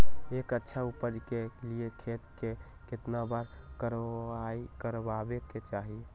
एक अच्छा उपज के लिए खेत के केतना बार कओराई करबआबे के चाहि?